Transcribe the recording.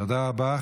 תודה רבה.